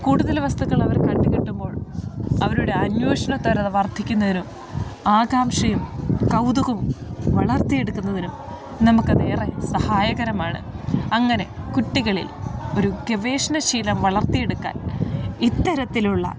കൂടുതൽ വസ്തുക്കൾ അവർ കണ്ട് കെട്ടുമ്പോൾ അവരുടെ അന്വേഷണത്വര വർദ്ധിക്കുന്നതിനും ആകാംക്ഷയും കൗതുകവും വളർത്തി എടുക്കുന്നതിനും നമുക്ക് അത് ഏറെ സഹായകരമാണ് അങ്ങനെ കുട്ടികളിൽ ഒരു ഗവേഷണശീലം വളർത്തി എടുക്കാൻ ഇത്തരത്തിലുള്ള